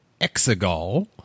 Exegol